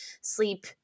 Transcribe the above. sleep